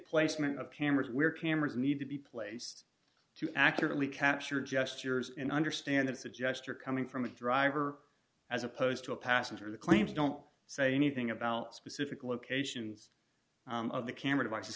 placement of cameras where cameras need to be placed to accurately capture gestures and understand it's a gesture coming from a driver as opposed to a passenger the claims don't say anything about specific locations of the camera devices